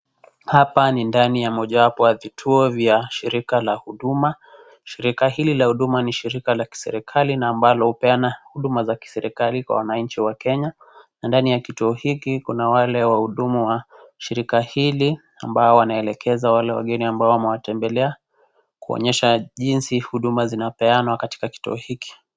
Hapa ni ndani ya moja wapo ya vituo vya shirika la huduma, shirika hili la huduma ni shirika la kiserikali na ambalo hupeanana huduma za kiserikali kwa wananchi wa kenya na ndani ya kituo hiki kuna wale wahudumu wa shirika hili ambao wanaelekeza wale wageni ambao wamewatembelea kuonyesha jinsi huduma zinapeanwa katika kituo hiki.